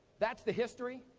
that's the history,